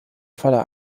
voller